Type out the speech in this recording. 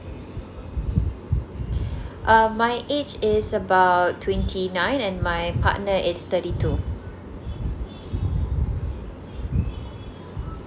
um my age is about twenty nine and my partner is thirty two